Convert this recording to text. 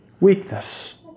Weakness